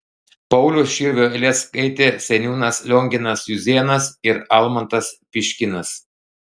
pauliaus širvio eiles skaitė seniūnas lionginas juzėnas ir almantas piškinas